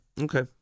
Okay